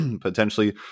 potentially